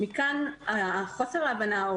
מכאן חוסר ההבנה,